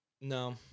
No